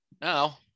Now